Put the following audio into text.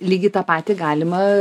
lygiai tą patį galima